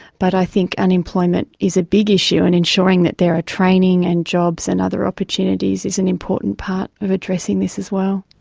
but i think unemployment is a big issue, and ensuring that there are training and jobs and other opportunities is an important part of addressing this as well.